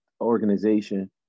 organization